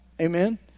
Amen